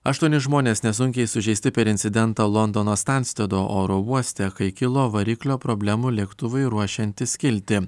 aštuoni žmonės nesunkiai sužeisti per incidentą londono stanstedo oro uoste kai kilo variklio problemų lėktuvui ruošiantis kilti